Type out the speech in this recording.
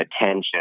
attention